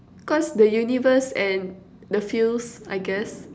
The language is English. cause the universe and the feels I guess